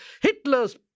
Hitler's